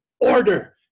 Order